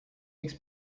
makes